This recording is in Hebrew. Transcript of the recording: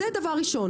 דבר שני